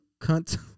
cunt